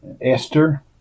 Esther